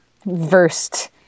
versed